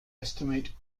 estimate